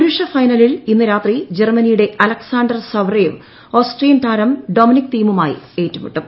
പുരുഷ ഫൈനലിൽ ഇന്ന് രാത്രി ജർമ്മനിയുടെ അലക്സാണ്ടർ സവറേവ് ഓസ്ട്രിയൻ താരും ഡ്രൊമീനിക് തീമുമായി ഏറ്റുമുട്ടും